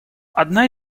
одна